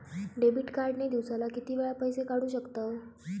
Debit card ने दिवसाला किती वेळा पैसे काढू शकतव?